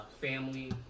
family